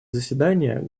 заседания